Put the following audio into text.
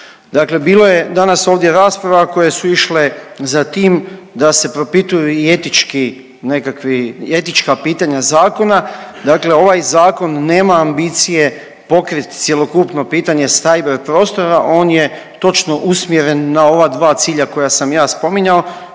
bilo je danas ovdje rasprava koje su išle za tim da se propituju i etička pitanja zakona, dakle ovaj zakon nema ambicije pokrit cjelokupno pitanje cyber prostora, on je točno usmjeren na ova dva cilja koja sam ja spominjao